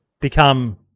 become